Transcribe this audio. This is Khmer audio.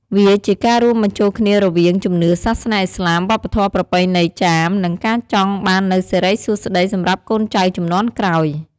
វាជាការរួមបញ្ចូលគ្នារវាង ជំនឿសាសនាឥស្លាម វប្បធម៌ប្រពៃណីចាម និងការចង់បាននូវសិរីសួស្តី សម្រាប់កូនចៅជំនាន់ក្រោយ។